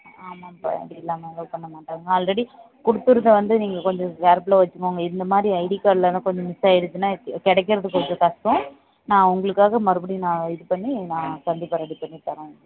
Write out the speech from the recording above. ஆமாம்ப்பா ஐடி இல்லாமல் அலோவ் பண்ண மாட்டாங்க ஆல்ரெடி கொடுத்துருந்த வந்து நீங்கள் கொஞ்சம் கேர்ஃபுல்லாக வச்சுக்கோங்க இந்த மாதிரி ஐடி கார்ட்லலாம் கொஞ்சம் மிஸ் ஆயிருச்சுன்னா கிடைக்கிறது கொஞ்சம் கஸ்ட்டம் நான் உங்களுக்காக மறுப்படியும் நான் இது பண்ணி நான் கண்டிப்பாக ரெடி பண்ணி தரேன் உங்களுக்கு